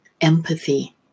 empathy